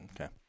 Okay